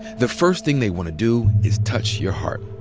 the first thing they wanna do is touch your heart.